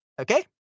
Okay